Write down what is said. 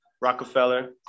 Rockefeller